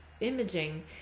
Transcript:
imaging